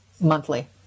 monthly